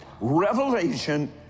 Revelation